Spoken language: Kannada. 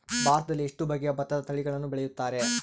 ಭಾರತದಲ್ಲಿ ಎಷ್ಟು ಬಗೆಯ ಭತ್ತದ ತಳಿಗಳನ್ನು ಬೆಳೆಯುತ್ತಾರೆ?